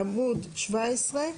בעמוד 17,